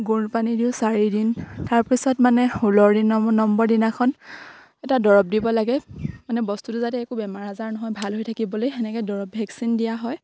গুৰ পানী দিওঁ চাৰিদিন তাৰপিছত মানে ষোল দিনৰ নম্বৰ দিনাখন এটা দৰৱ দিব লাগে মানে বস্তুটো যাতে একো বেমাৰ আজাৰ নহয় ভাল হৈ থাকিবলৈ এনেকে দৰৱ ভেকচিন দিয়া হয়